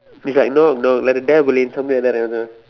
it's like no no like the